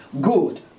good